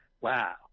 wow